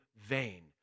vain